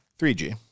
3G